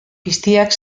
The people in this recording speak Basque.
piztiak